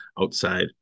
outside